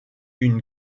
une